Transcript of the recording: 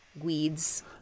weeds